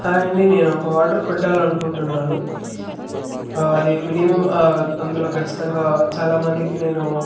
hi అండి నేను ఒక ఆర్డర్ పెట్టాలనుకుంటున్నాను అది మినిమమ్ అందులో ఖచ్చితంగా చాలా మందికి నేను